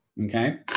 Okay